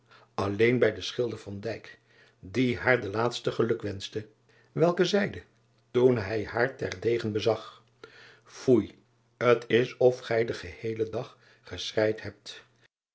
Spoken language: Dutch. alleen bij den schilder die haar de laatste gelukwenschte welke zeide toen hij haar ter degen bezag oei t s of gij den gebeelen dag geschreid hebt